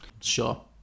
Sure